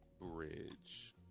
Bridge